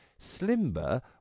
Slimber